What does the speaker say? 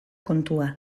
kontua